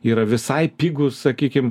yra visai pigūs sakykim